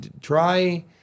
try